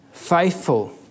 Faithful